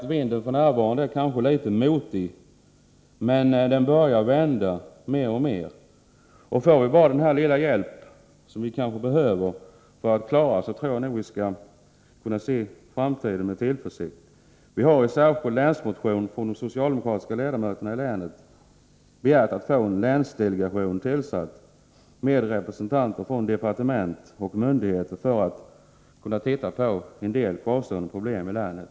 O.K., vinden f. n. är kanske litet motig, men den börjar vända mer och mer. Får vi bara denna lilla hjälp som vi behöver tror jag att vi skall kunna se framtiden an med tillförsikt. I en särskild länsmotion har de socialdemokratiska ledamöterna från Blekinge begärt att få en länsdelegation med representanter för departement och myndigheter tillsatt för att särskilt studera en del kvarstående problem i länet.